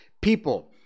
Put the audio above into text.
People